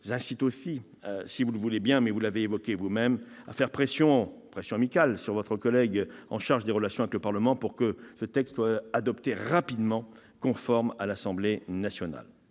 je vous incite aussi, si vous le voulez bien- vous l'avez évoqué vous-même -, à exercer une pression amicale sur votre collègue chargé des relations avec le Parlement pour que ce texte soit adopté rapidement, et de manière conforme, par l'Assemblée nationale.